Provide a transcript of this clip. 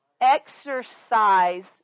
exercise